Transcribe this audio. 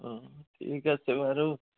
অঁ ঠিক আছে বাৰু